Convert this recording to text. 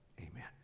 Amen